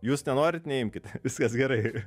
jūs nenorit neimkit viskas gerai